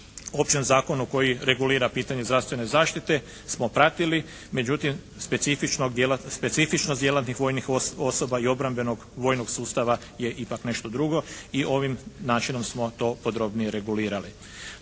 općem zakonu koji regulira pitanje zdravstvene zaštite smo pratili, međutim specifičnost djelatnih vojnih osoba i obrambenog vojnog sustava je ipak nešto drugo i ovim načinom smo to podrobnije regulirali.